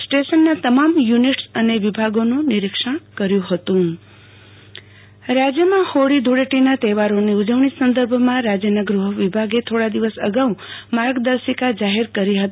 સ્ટેશનના તમામ units અને વિભાગોનું નિરીક્ષણ કર્યું હતું આરતી ભદ્દ ગુ હ્વવિભાગ ઉજવણી માર્ગદર્શિકા રાજ્યમાં હોળી ધુળેટીના તહેવારોની ઉજવણી સંદર્ભમાં રાજ્યના ગૃહ વિભાગે થોડા દિવસ અગાઉ માર્ગદર્શિકા જાહેર કરી હતી